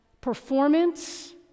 performance